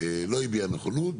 לא הביע נכונות.